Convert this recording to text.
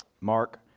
mark